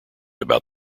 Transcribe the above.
about